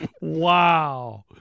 Wow